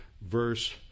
verse